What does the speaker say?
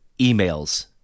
emails